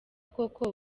koko